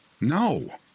No